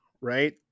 right